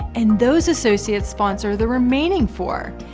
and those associates sponsor the remaining four.